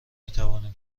میتوانم